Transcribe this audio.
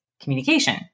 communication